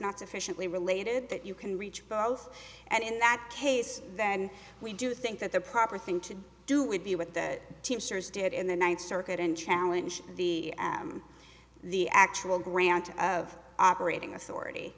not sufficiently related that you can reach both and in that case then we do think that the proper thing to do would be what the teamsters did in the ninth circuit and challenge the the actual grant of operating authority